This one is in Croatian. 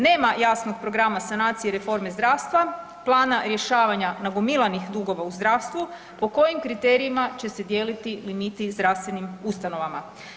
Nema jasnog programa sanacije i reforme zdravstva, plana rješavanja nagomilanih dugova u zdravstvu, po kojim kriterijima će se dijeliti limiti zdravstvenim ustanovama.